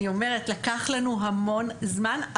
אני אומרת לקח לנו המון זמן,